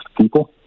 people